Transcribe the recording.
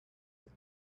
its